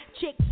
chicks